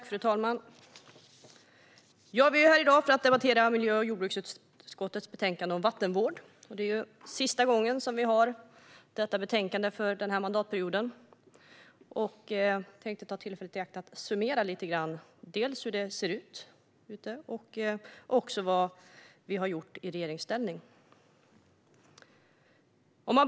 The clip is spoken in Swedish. Fru talman! Vi är här i dag för att debattera miljö och jordbruksutskottets betänkande om vattenvård. Det är sista gången som vi har detta betänkande att debattera för den här mandatperioden, så jag tänkte ta tillfället i akt att lite grann summera hur det ser ut och vad vi har gjort i regeringsställning.